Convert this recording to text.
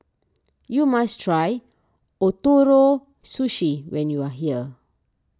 you must try Ootoro Sushi when you are here